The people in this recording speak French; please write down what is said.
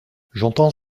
j’entends